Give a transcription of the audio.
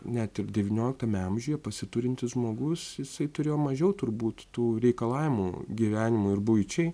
ne tik devynioliktame amžiuje pasiturintis žmogus jisai turėjo mažiau turbūt tų reikalavimų gyvenimui ir buičiai